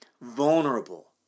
vulnerable